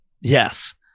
Yes